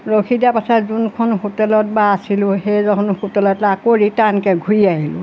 ৰখি দিয়াৰ পাছত যোনখন হোটেলত বা আছিলোঁ সেইখন হোটেলতপৰা আকৌ ৰিটাৰ্ণকে ঘূৰি আহিলোঁ